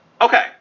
Okay